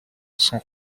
sont